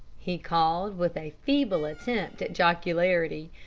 he called, with a feeble attempt at jocularity.